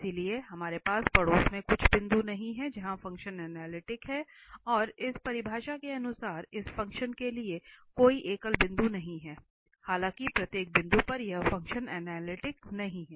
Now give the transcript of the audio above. इसलिए हमारे पास पड़ोस में कुछ बिंदु नहीं है जहां फ़ंक्शन अनलिटिक है और इसलिए इस परिभाषा के अनुसार इस फ़ंक्शन के लिए कोई एकल बिंदु नहीं है हालांकि प्रत्येक बिंदु पर यह फंक्शन अनलिटिक नहीं है